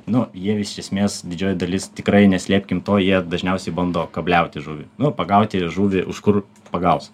nu jie iš esmės didžioji dalis tikrai neslėpkim to jie dažniausiai bando kabliauti žuvį nu pagauti žuvį už kur pagausi